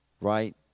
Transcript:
right